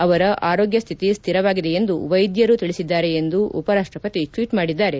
ಅವರ ಆರೋಗ್ಯ ಸ್ಥಿತಿ ಸ್ಥಿರವಾಗಿದೆ ಎಂದು ವೈದ್ಯರು ತಿಳಿಸಿದ್ದಾರೆ ಎಂದು ಉಪರಾಷ್ಟಪತಿ ಟ್ವೀಟ್ ಮಾಡಿದ್ದಾರೆ